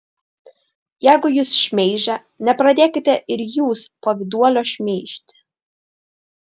jeigu jus šmeižia nepradėkite ir jūs pavyduolio šmeižti